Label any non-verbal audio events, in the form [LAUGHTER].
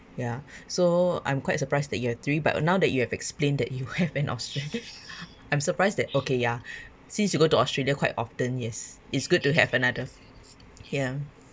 ya so I'm quite surprised that you have three but now that you have explained that you have an australia I'm surprised that okay ya [BREATH] since you go to australia quite often yes it's good to have another ya